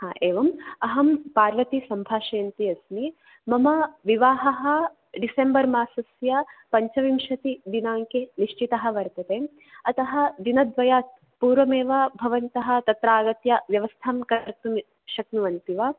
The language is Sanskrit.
हा एवं अहं पार्वती सम्भाषयन्ती अस्मि मम विवाहः डिसेम्बर् मासस्य पञ्चविंशतिदिनाङ्के निश्चितः वर्तते अतः दिनद्वयात् पूर्वमेव भवन्तः तत्र आगत्य व्यवस्थां कर्तुं शक्नुवन्ति वा